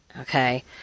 okay